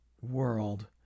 world